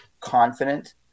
confident